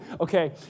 Okay